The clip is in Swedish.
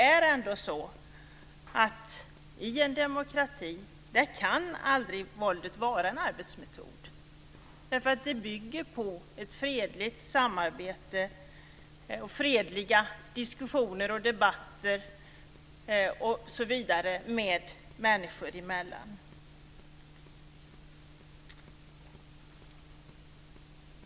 I en demokrati kan våldet aldrig vara en arbetsmetod eftersom demokratin bygger på ett fredligt samarbete och fredliga diskussioner och debatter människor emellan.